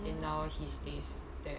then now he stays there